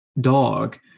dog